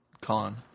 con